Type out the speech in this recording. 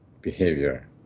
behavior